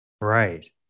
Right